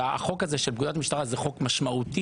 החוק הזה של פקודת המשטרה זה חוק משמעותי